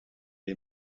est